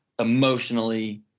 emotionally